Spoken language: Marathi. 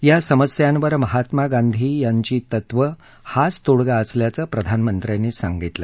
या समस्यांवर महात्मा गांधींची तत्त्वे हाचं तोडगा असल्याचं प्रधानमंत्र्यांनी सांगितलं